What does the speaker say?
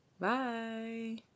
Bye